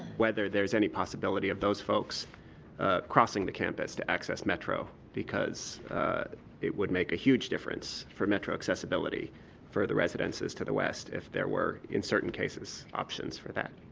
whether there's any possibility of those folks crossing the campus to access metro, because it would make a huge difference for metro accessibility for the residences to the west if there were in certain cases options for that.